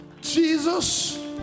Jesus